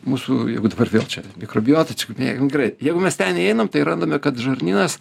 mūsų jeigu dabar vėl čia mikrobiotai čia paminėjai nu gerai jeigu mes ten įeinam tai randame kad žarnynas